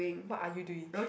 what are you doing